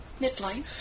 midlife